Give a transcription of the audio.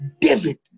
David